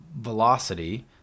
velocity